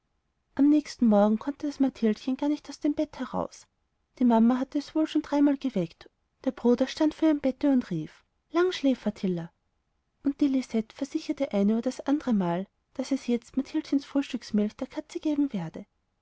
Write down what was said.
am nächsten morgen konnte das mathildchen gar nicht aus dem bett heraus die mama hatte es wohl schon dreimal geweckt der bruder stand vor ihrem bett und rief langschläfer tilla und die lisette versicherte ein über das andere mal daß sie jetzt mathildchens frühstücksmilch der katze geben werde